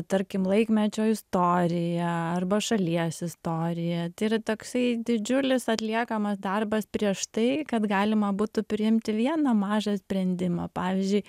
tarkim laikmečio istorija arba šalies istorija tai yra toksai didžiulis atliekamas darbas prieš tai kad galima būtų priimti vieną mažą sprendimą pavyzdžiui